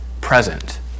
present